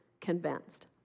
convinced